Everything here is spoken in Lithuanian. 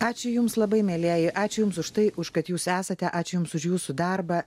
ačiū jums labai mielieji ačiū jums už tai už kad jūs esate ačiū jums už jūsų darbą